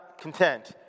content